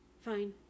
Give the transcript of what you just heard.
Fine